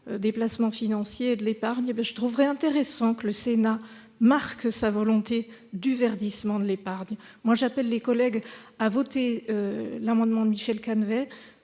des placements financiers et de l'épargne. À ce titre, je trouverais intéressant que le Sénat exprime sa volonté d'un verdissement de l'épargne. J'appelle nos collègues à voter l'amendement de Michel Canevet.